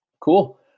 Cool